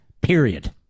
period